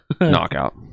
Knockout